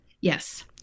Yes